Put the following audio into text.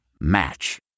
Match